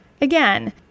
Again